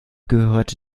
gehörte